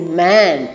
man